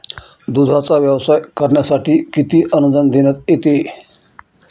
दूधाचा व्यवसाय करण्यासाठी किती अनुदान देण्यात येते?